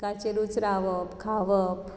उदकाचेरूच रावप खावप